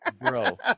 Bro